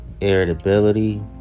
irritability